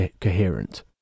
coherent